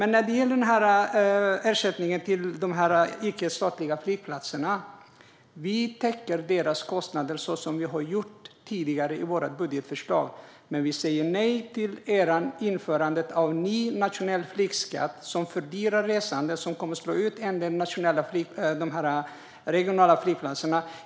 När det gäller ersättningen till de icke-statliga flygplatserna täcker vi deras kostnader på samma sätt som vi har gjort tidigare i vårt budgetförslag, men vi säger nej till ert införande av en ny nationell flygskatt, som fördyrar resandet och kommer att slå ut en del regionala flygplatser.